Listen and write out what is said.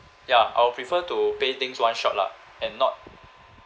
ya I'll prefer to pay things one shot lah and not